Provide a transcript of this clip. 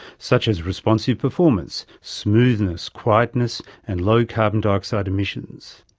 such as responsive performance, smoothness, quietness and low carbon-dioxide emissions.